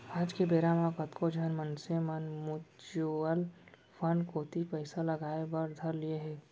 आज के बेरा म कतको झन मनसे मन म्युचुअल फंड कोती पइसा लगाय बर धर लिये हें